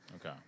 Okay